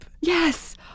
Yes